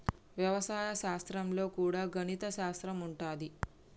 వ్యవసాయ శాస్త్రం లో కూడా గణిత శాస్త్రం ఉంటది